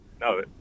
no